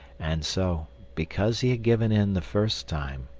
and so because he had given in the first time,